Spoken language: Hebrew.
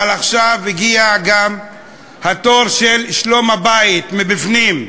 אבל עכשיו הגיע גם התור של שלום הבית, מבפנים.